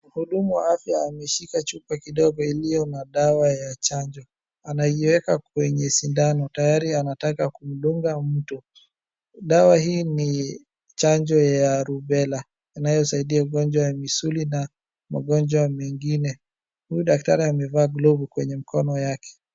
Mhudumu wa afya ameshika chupa kidogo iliyo na dawa ya chanjo. Anaiweka kwenye sindano. Tayari anataka kumdunga mtu. Dawa hii ni chanjo ya rubella inayosaidia ugonjwa wa misuli na magonjwa mengine. Huyu daktari amevaa glovu kwenye mikono yake.